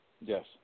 Yes